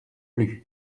plus